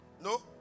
no